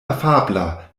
afabla